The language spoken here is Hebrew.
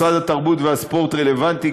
משרד התרבות והספורט רלוונטי,